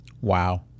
Wow